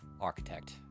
architect